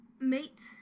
mate